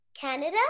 Canada